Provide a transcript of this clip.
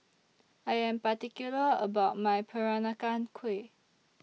I Am particular about My Peranakan Kueh